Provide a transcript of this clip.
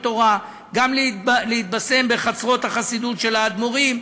תורה וגם להתבשם בחצרות החסידות של האדמו"רים,